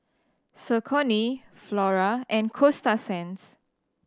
Saucony Flora and Coasta Sands